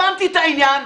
הבנתי את העניין.